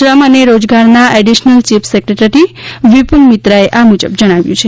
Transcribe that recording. શ્રમ અને રોજગારના એડીશનલ ચીફ સેક્રેટરી વિપુલ મિત્રાએ આ મુજબ જણાવ્યુ છે